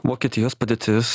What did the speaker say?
vokietijos padėtis